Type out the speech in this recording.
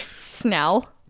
snell